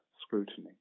scrutiny